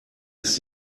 ist